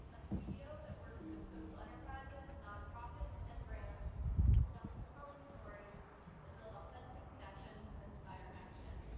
a studio that works with social enterprises, non-profits, and brands that tell compelling stories that build authentic connections and inspire action.